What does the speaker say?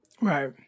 Right